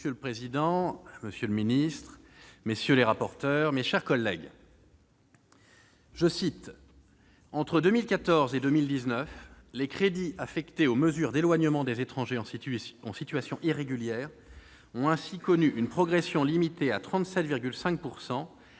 Monsieur le président, monsieur le ministre, mes chers collègues, « entre 2014 et 2019, les crédits affectés aux mesures d'éloignement des étrangers en situation irrégulière ont ainsi connu une progression limitée à 37,5